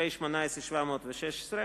פ/716/18,